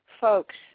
folks